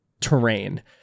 terrain